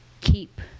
keep